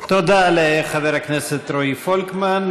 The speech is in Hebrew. תודה לחבר הכנסת רועי פולקמן,